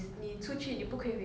ya